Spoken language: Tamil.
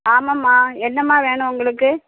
ஆமாம்மா என்னம்மா வேணும் உங்களுக்கு